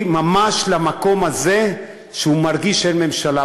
ממש למקום הזה שהוא מרגיש שאין ממשלה.